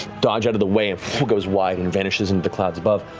dodge out of the way and goes wide and vanishes into the clouds above.